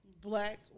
black